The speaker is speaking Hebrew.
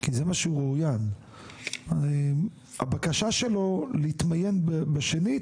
כי זה מה שהוא רואיין, הבקשה שלו להתמיין בשנית